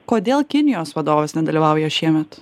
kodėl kinijos vadovas nedalyvauja šiemet